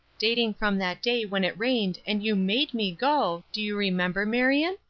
dating from that day when it rained and you made me go, do you remember, marion?